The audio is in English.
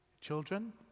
Children